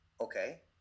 okay